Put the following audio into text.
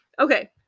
Okay